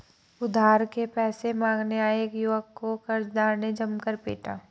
उधार के पैसे मांगने आये एक युवक को कर्जदार ने जमकर पीटा